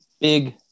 Big